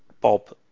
Bob